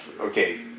okay